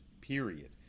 Period